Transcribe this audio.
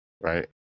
right